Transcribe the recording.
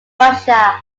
russia